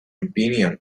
opinion